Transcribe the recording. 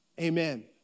Amen